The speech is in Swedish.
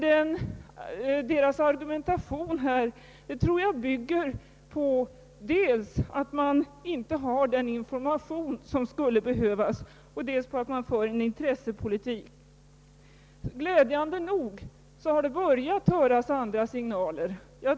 Denna argumentation tror jag bygger på dels att man inte har den information som skulle behövas, dels att man för en intressepolitik. Glädjande nog har det börjat höras andra signaler.